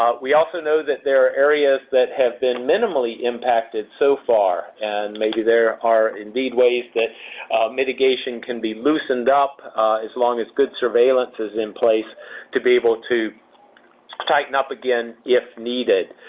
we also know that there are areas that have been minimally impacted so far and maybe there are indeed ways that mitigation can be loosened up as long as good surveillance is in place to be able to tighten up again if needed.